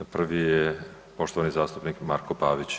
Prvi je poštovani zastupnik Marko Pavić.